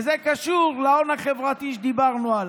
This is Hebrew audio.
וזה קשור להון החברתי שדיברנו עליו.